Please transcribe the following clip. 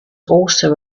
also